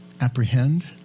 apprehend